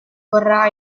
vorrà